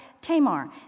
Tamar